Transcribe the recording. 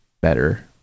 better